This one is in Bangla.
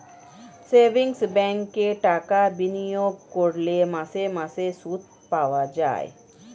সেভিংস ব্যাঙ্কে টাকা বিনিয়োগ করলে মাসে মাসে সুদ পাওয়া যায়